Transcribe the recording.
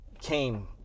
came